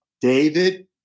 David